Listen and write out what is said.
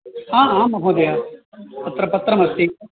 आम् आं महोदय अत्र पत्रमस्ति